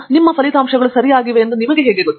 ನಿಮ್ಮ ಫಲಿತಾಂಶಗಳು ಸರಿಯಾಗಿವೆ ಎಂದು ನಿಮಗೆ ಹೇಗೆ ಗೊತ್ತು